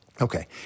Okay